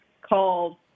called